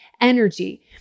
energy